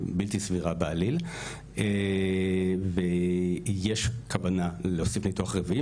בלתי סבירה בעליל ויש כוונה להוסיף ניתוח רביעי.